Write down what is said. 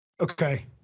Okay